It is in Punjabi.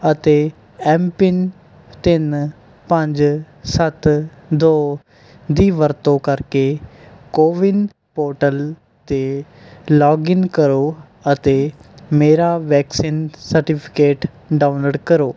ਅਤੇ ਐੱਮ ਪਿੰਨ ਤਿੰਨ ਪੰਜ ਸੱਤ ਦੋ ਦੀ ਵਰਤੋਂ ਕਰਕੇ ਕੋਵਿੰਨ ਪੋਰਟਲ 'ਤੇ ਲੌਗਇਨ ਕਰੋ ਅਤੇ ਮੇਰਾ ਵੈਕਸੀਨ ਸਰਟੀਫੀਕੇਟ ਡਾਊਨਲੋਡ ਕਰੋ